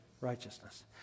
Righteousness